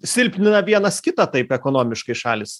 silpnina vienas kitą taip ekonomiškai šalys